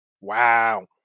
Wow